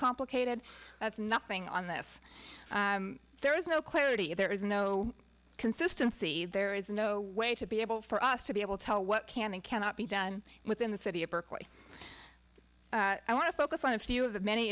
complicated that's nothing on this there is no clarity there is no consistency there is no way to be able for us to be able to tell what can and cannot be done within the city of berkeley i want to focus on a few of the many